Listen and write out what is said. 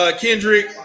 Kendrick